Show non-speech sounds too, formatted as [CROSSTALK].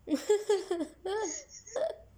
[LAUGHS]